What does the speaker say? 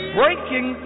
breaking